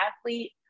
athlete